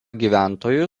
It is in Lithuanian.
gyventojų